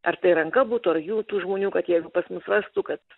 ar tai ranka butų ar jų tų žmonių kad jeigu pas mus rastų kad